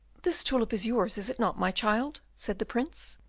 this tulip is yours, is it not, my child? said the prince.